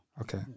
Okay